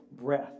breath